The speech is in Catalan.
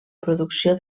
producció